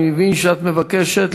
אני מבקשת,